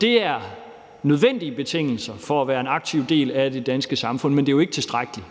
Det er nødvendige betingelser for at være en aktiv del af det danske samfund. Men det er ikke tilstrækkeligt,